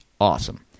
awesome